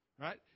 right